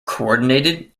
coordinated